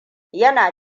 yana